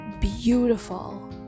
beautiful